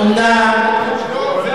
אומנם, זה